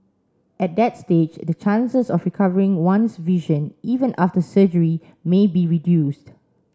at that stage the chances of recovering one's vision even after surgery may be reduced